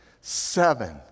seven